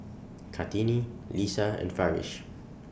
Kartini Lisa and Farish